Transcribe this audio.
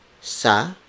sa